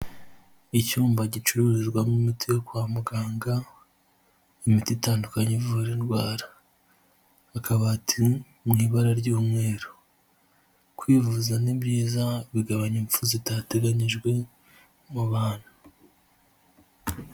Icyumba gicururizwamo imuti yo kwa muganga imiti itandukanye ivura indwara, akabati mu ibara ry'umweru kwivuza ni byiza bigabanya impfu zitateganyijwe mu bantu.